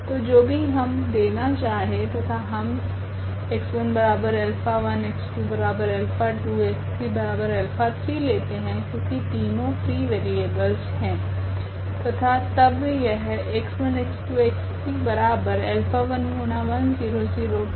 तो जो भी हम देना चाहे तथा हम ⇒𝑥1𝛼1 𝑥2𝛼2 𝑥3𝛼3 लेते है क्योकि तीनों फ्री वेरिएबलस है